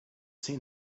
seen